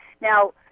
Now